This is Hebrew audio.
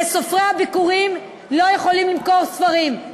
וסופרי הביכורים לא יכולים למכור ספרים.